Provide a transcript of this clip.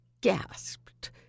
gasped